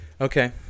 Okay